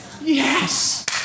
Yes